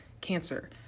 cancer